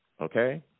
okay